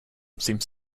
seems